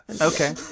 Okay